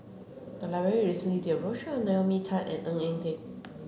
the library recently did a roadshow on Naomi Tan and Ng Eng Teng